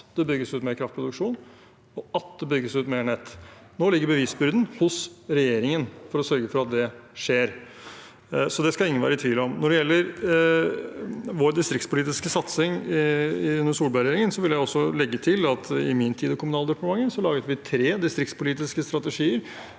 at det bygges ut mer kraftproduksjon, og at det bygges ut mer nett. Nå ligger bevisbyrden hos regjeringen for å sørge for at det skjer. Det skal ingen være i tvil om. Når det gjelder den distriktspolitiske satsingen under Solberg-regjeringen, vil jeg også legge til at i min tid i Kommunaldepartementet laget vi tre distriktspolitiske strategier,